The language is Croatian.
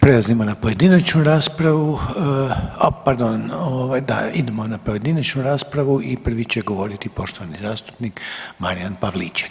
Prelazimo na pojedinačnu raspravu, a pardon, a da idemo na pojedinačnu raspravu i prvi će govoriti poštovani zastupnik Marijan Pavliček.